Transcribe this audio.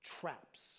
traps